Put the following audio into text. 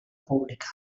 pública